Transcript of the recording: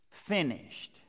finished